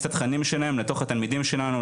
את התכנים שלהם לתוך התלמידים שלנו,